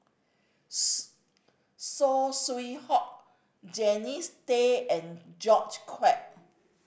Saw Swee Hock Jannie Tay and George Quek